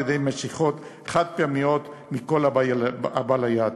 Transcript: על-ידי משיכות חד-פעמיות מכל הבא ליד.